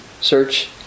search